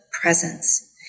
presence